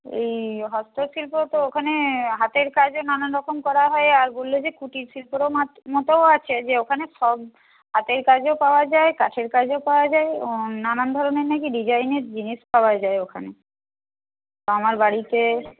এই হস্তশিল্প তো ওখানে হাতের কাজে নানা রকম করা হয় আর বলল যে কুটির শিল্পেরও মতোও আছে যে ওখানে সব হাতের কাজও পাওয়া যায় কাঠের কাজও পাওয়া যায় নানান ধরনের না কি ডিজাইনের জিনিস পাওয়া যায় ওখানে তো আমার বাড়িতে